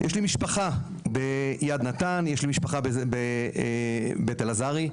יש לי משפחה ביד נתן, יש לי משפחה בבית אלעזרי,